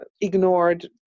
ignored